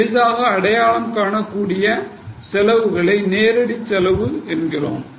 எளிதாக அடையாளம் காண முடியகூடிய செலவுகளை நேரடி செலவு என்கிறோம்